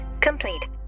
complete